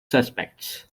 suspects